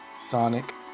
Sonic